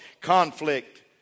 conflict